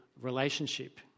relationship